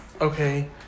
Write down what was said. okay